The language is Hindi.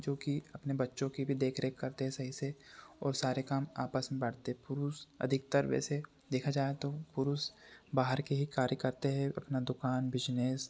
जो की अपने बच्चों कि भी देखरेख करते हैं सही से और सारे काम आपस में बाँटते पुरुष अधिकतर वैसे देखा जाए तो पुरुष बाहर के ही कार्य करते हैं अपना दुकान बिज़नेस